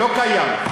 לא קיים.